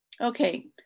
Okay